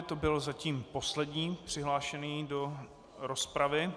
To byl zatím poslední přihlášený do rozpravy.